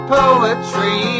poetry